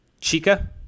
Chica